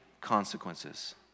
consequences